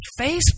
Facebook